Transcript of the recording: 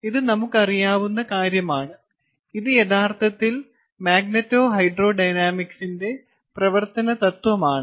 ഇത് നമുക്കറിയാവുന്ന കാര്യമാണ് ഇത് യഥാർത്ഥത്തിൽ മാഗ്നെറ്റോഹൈഡ്രോഡൈനാമിക്സിന്റെ പ്രവർത്തന തത്വമാണ്